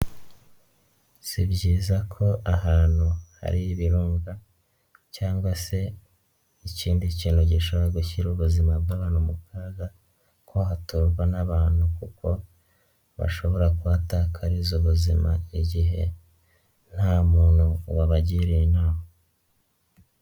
Si byiza ko ahantu hari ibirunga cyangwa se ikindi kintu gishobora gushyira ubuzima bw'abantu mu kaga, ko haturwa n'abantu kuko bashobora kuhatakariza ubuzima, igihe nta muntu wabagiriye inama.